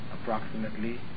approximately